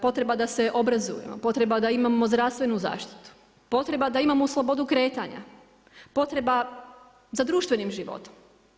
Potreba da se obrazujemo, potreba da imamo zdravstvenu zaštitu, potreba da imamo slobodu kretanja, potreba za društvenim životom.